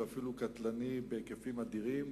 ואפילו קטלני בהיקפים אדירים.